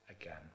again